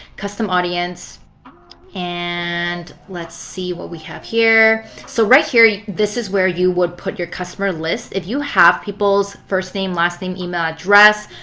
custom audience and let's see what we have here. so right here, this is where you put your customer list, if you have people's first name, last name, email address,